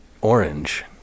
orange